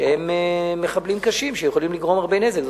שהם מחבלים קשים שיכולים לגרום הרבה נזק,